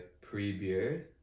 pre-beard